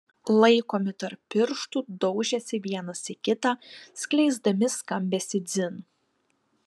laikomi tarp pirštų daužėsi vienas į kitą skleisdami skambesį dzin